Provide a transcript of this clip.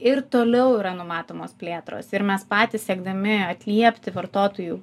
ir toliau yra numatomos plėtros ir mes patys siekdami atliepti vartotojų